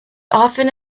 often